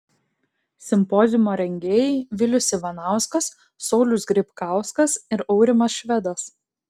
simpoziumo rengėjai vilius ivanauskas saulius grybkauskas ir aurimas švedas